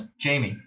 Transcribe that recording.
Jamie